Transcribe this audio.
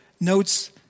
notes